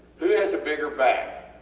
who has a bigger back?